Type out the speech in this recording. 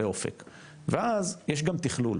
לאופק ואז יש גם תכלול,